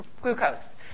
glucose